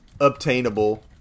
obtainable